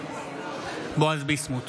בועז ביסמוט,